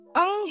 ang